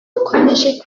bakomeje